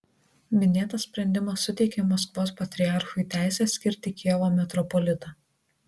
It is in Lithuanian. minėtas sprendimas suteikė maskvos patriarchui teisę skirti kijevo metropolitą